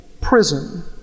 prison